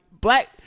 black